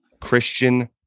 Christian